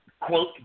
quote